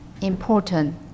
important